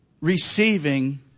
receiving